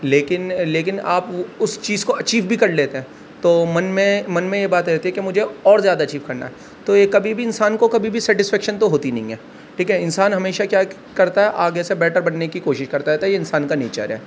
لیکن لیکن آپ اس چیز کو اچیو بھی کر لیتے ہیں تو من میں من میں یہ بات رہتی ہے کہ مجھے اور زیادہ اچیو کرنا ہے تو یہ کبھی بھی انسان کو کبھی بھی سیٹیسفیکشن تو ہوتی نہیں ہے ٹھیک ہے انسان ہمیشہ کیا ہے کرتا ہے آگے سے بیٹر بننے کی کوشش کرتا رہتا ہے یہ انسان کا نیچر ہے